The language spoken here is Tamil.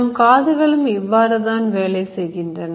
நம் காதுகளும் இவ்வாறுதான் வேலை செய்கின்றன